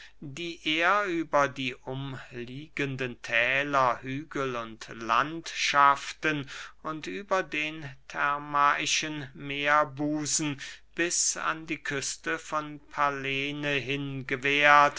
die er über die umliegenden thäler hügel und landschaften und über den thermaischen meerbusen bis an die küste von pallene